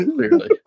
Clearly